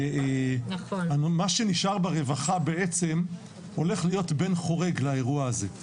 מה שנשאר ברווחה בעצם הולך להיות בן חורג לאירוע הזה,